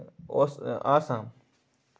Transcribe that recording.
اوس آسام